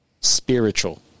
spiritual